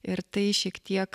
ir tai šiek tiek